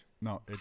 No